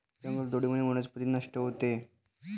जंगलतोडीमुळे वनस्पती नष्ट होते